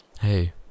Hey